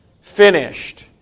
finished